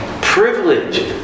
privilege